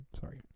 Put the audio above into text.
sorry